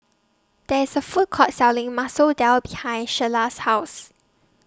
There IS A Food Court Selling Masoor Dal behind Sheyla's House